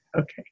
Okay